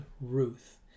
Ruth